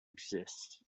exists